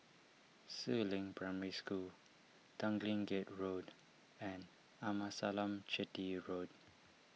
Si Ling Primary School Tanglin Gate Road and Amasalam Chetty Road